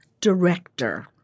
director